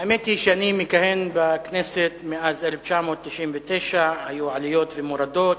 האמת היא שאני מכהן בכנסת מאז 1999. היו עליות ומורדות,